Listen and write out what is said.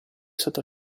stato